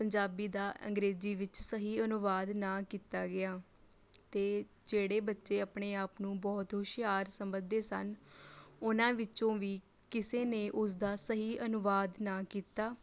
ਪੰਜਾਬੀ ਦਾ ਅੰਗਰੇਜ਼ੀ ਵਿੱਚ ਸਹੀ ਅਨੁਵਾਦ ਨਾ ਕੀਤਾ ਗਿਆ ਅਤੇ ਜਿਹੜੇ ਬੱਚੇ ਆਪਣੇ ਆਪ ਨੂੰ ਬਹੁਤ ਹੁਸ਼ਿਆਰ ਸਮਝਦੇ ਸਨ ਉਹਨਾਂ ਵਿੱਚੋਂ ਵੀ ਕਿਸੇ ਨੇ ਉਸਦਾ ਸਹੀ ਅਨੁਵਾਦ ਨਾ ਕੀਤਾ